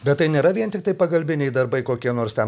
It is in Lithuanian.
bet tai nėra vien tiktai pagalbiniai darbai kokie nors ten